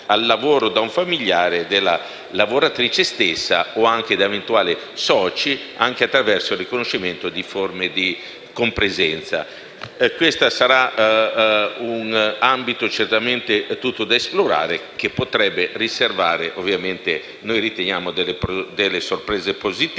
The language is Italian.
al lavoro da un familiare della lavoratrice stessa, o anche da eventuali soci, anche attraverso il riconoscimento di forme di compresenza. Questo sarà un ambito certamente tutto da esplorare che potrebbe riservare delle sorprese positive.